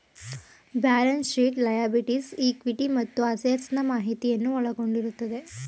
balance sheet liabilities, equity ಮತ್ತು assets ನಾ ಮಾಹಿತಿಯನ್ನು ಒಳಗೊಂಡಿರುತ್ತದೆ